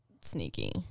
sneaky